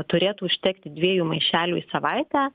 turėtų užtekti dviejų maišelių į savaitę